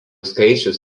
skaičius